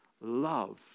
love